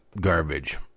garbage